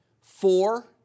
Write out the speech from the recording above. four